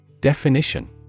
Definition